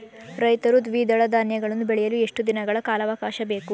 ರೈತರು ದ್ವಿದಳ ಧಾನ್ಯಗಳನ್ನು ಬೆಳೆಯಲು ಎಷ್ಟು ದಿನಗಳ ಕಾಲಾವಾಕಾಶ ಬೇಕು?